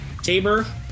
Tabor